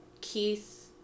Keith